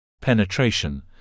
Penetration